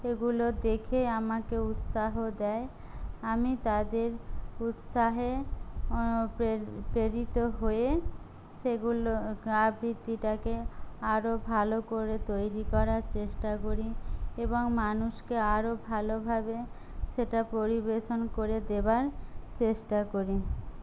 এগুলো দেখে আমাকে উৎসাহ দেয় আমি তাদের উৎসাহে প্রেরিত হয়ে সেগুলো আবৃত্তিটাকে আরো ভালো করে তৈরি করার চেষ্টা করি এবং মানুষকে আরো ভালোভাবে সেটা পরিবেশন করে দেওয়ার চেষ্টা করি